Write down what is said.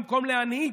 במקום להנהיג,